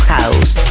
House